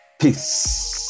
Peace